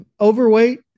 Overweight